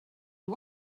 you